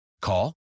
Call